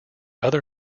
other